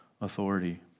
authority